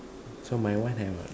so my one I wanna